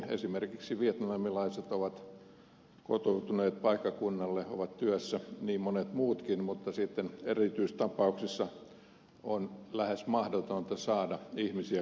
esimerkiksi vietnamilaiset ovat kotoutuneet paikkakunnalle ovat työssä niin monet muutkin mutta sitten erityistapauksissa on lähes mahdotonta saada ihmisiä kotiutumaan